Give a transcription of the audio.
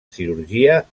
cirurgia